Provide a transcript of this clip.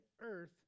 earth